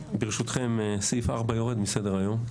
ברשותכם, סעיף 4 יורד מסדר היום.